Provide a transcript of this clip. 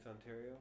Ontario